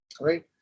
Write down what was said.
right